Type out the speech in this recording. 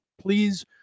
please